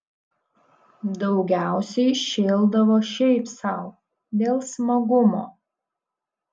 daugiausiai šėldavo šiaip sau dėl smagumo